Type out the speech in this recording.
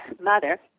mother